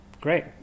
Great